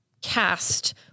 cast